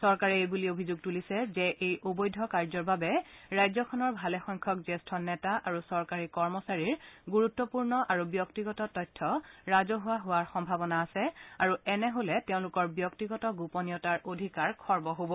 চৰকাৰে এইবুলি অভিযোগ তুলিছে যে এই অবৈধ কাৰ্যৰ বাবে ৰাজ্যখনৰ ভালেসংখ্যক জ্যেষ্ঠ নেতা আৰু চৰকাৰী কৰ্মচাৰীৰ গুৰুত্বপূৰ্ণ আৰু ব্যক্তিগত তথ্য ৰাজহুৱা হোৱাৰ সম্ভাৱনা আছে আৰু এনে হলে তেওঁলোকৰ ব্যক্তিগত গোপনীয়তাৰ অধিকাৰ খৰ্ব হব